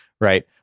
right